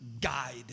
guide